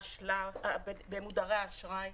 במודרי האשראי,